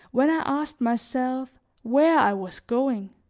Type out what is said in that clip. when i asked myself where i was going.